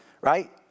right